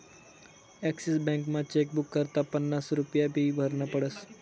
Axis बॅकमा chequebook करता पन्नास रुप्या फी भरनी पडस